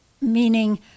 meaning